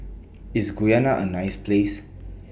IS Guyana A nice Place